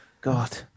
God